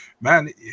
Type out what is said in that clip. man